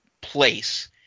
place